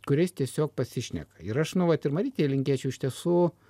kuriais tiesiog pasišneka ir aš nu vat ir marytei linkėčiau iš tiesų